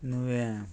नुवें